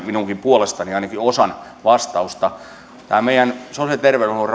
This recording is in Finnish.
minunkin puolestani ainakin osan vastausta tämä meidän sosiaali ja terveydenhuollon